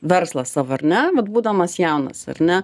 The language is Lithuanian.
verslą savo ar ne vat būdamas jaunas ar ne